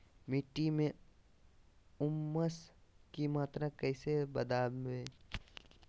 मिट्टी में ऊमस की मात्रा कैसे बदाबे?